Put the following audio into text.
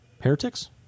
heretics